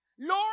Lord